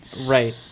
Right